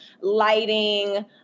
lighting